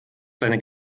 seine